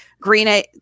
green